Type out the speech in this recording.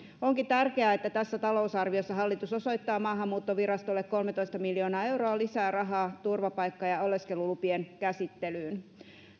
onkin tärkeää että tässä talousarviossa hallitus osoittaa maahanmuuttovirastolle kolmetoista miljoonaa euroa lisää rahaa turvapaikka ja ja oleskelulupien käsittelyyn